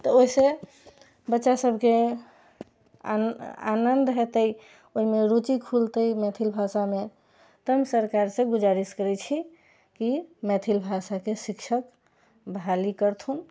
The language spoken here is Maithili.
तऽ ओहिसँ बच्चासभके आनन्द हेतै ओहिमे रूचि खुलतै मैथिल भाषामे तऽ हम सरकारसँ गुजारिश करै छी कि मैथिल भाषाके शिक्षक बहाली करथुन